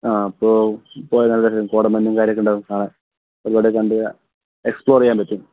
ആ ഇപ്പോൾ ഇപ്പോൽ നല്ലൊരു കോടമഞ്ഞും കാര്യമൊക്കെ ഉണ്ടാവും ആ പരുപാടിയൊക്കെ കണ്ട് എക്സ്പ്ലോർ ചെയ്യാൻ പറ്റും